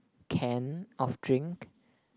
can of drink